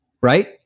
right